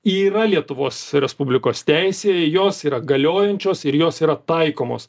yra lietuvos respublikos teisėje jos yra galiojančios ir jos yra taikomos